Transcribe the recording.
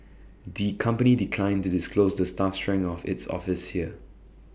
the company declined to disclose the staff strength of its office here